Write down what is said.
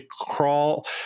crawl